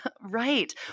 Right